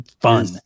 fun